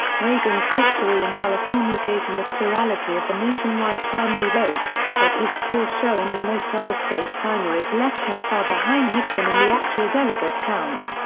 reagan's victory in california gave him a plurality of the nationwide primary vote, but his poor showing in most other state primaries left him far behind nixon in the actual delegate count.